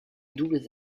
doubles